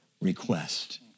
request